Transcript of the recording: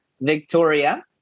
Victoria